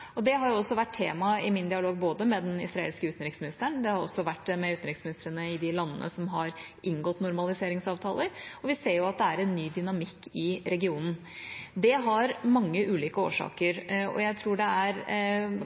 Det har også vært temaet i min dialog med den israelske utenriksministeren. Det har det også vært med utenriksministrene i de landene som har inngått normaliseringsavtaler. Og vi ser at det er en ny dynamikk i regionen. Det har mange ulike årsaker, og jeg tror det er